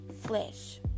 flesh